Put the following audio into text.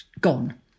gone